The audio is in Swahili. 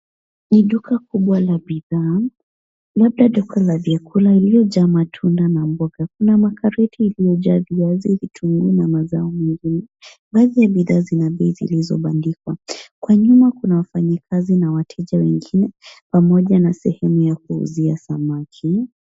Ni duka kubwa la bidhaa. Labda duka la vyakula iliyojaa matunda na mboga. Kuna makreti iliyojaa viazi, vitunguu na mazao mingi. Baadhi ya bidhaa zina bei zilizobandikwa. Kwa nyuma kuna wafanyikazi na wateja wengine pamoja na sehemu ya kuuzia samaki.